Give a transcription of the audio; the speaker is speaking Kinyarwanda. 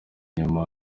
nyuma